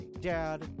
dad